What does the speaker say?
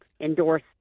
endorse